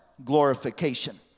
glorification